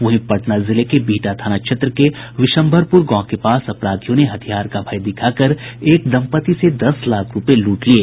वहीं पटना जिले के बिहटा थाना क्षेत्र के विशंभरपुर गांव के पास अपराधियों ने हथियार का भय दिखाकर एक दंपति से दस लाख रुपये लूट लिये